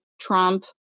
Trump